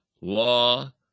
law